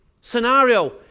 scenario